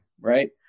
right